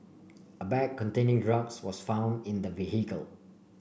a bag containing drugs was found in the vehicle